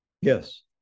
Yes